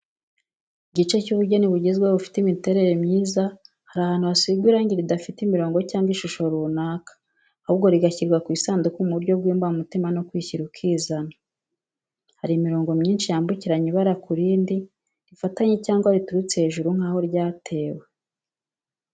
Igice cy’ubugeni bugezweho bufite imiterere myiza, hari ahantu hasigwa irangi ridafite imirongo cyangwa ishusho runaka, ahubwo rigashyirwa ku isanduku mu buryo bw’imbamutima no kwishyira ukizana. Harimo imirongo myinshi yambukiranya ibara ku rindi, rifatanye cyangwa riturutse hejuru nk’aho ryatewe.